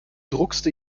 druckste